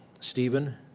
Stephen